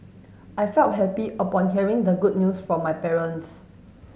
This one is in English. I felt happy upon hearing the good news from my parents